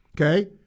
Okay